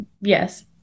Yes